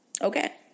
Okay